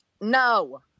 No